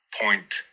point